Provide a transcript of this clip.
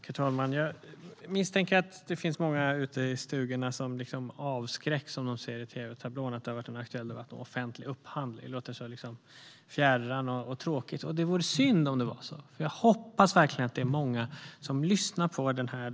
Herr talman! Jag misstänker att det finns många ute i stugorna som avskräcks om de ser i tv-tablån att det är en aktuell debatt om offentlig upphandling. Det låter liksom fjärran och tråkigt. Det vore synd om det är så, för jag hoppas verkligen att det är många som lyssnar på denna debatt.